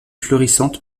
florissante